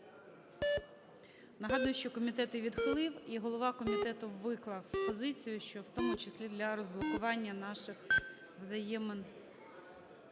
Нагадую, що комітет її відхилив і голова комітету виклав позицію, що в тому числі для розблокування наших взаємин